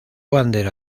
bandera